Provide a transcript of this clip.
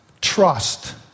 trust